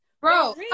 bro